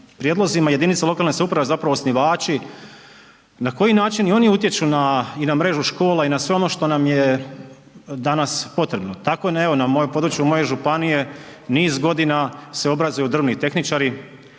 prijedlozima jedinice lokalne samouprave su zapravo osnivači. Na koji način i oni utječu i na mrežu škola i na sve ono što nam je danas potrebno? Tako, evo, na mojem području, moje županije niz godina se obrazuju drvni tehničari,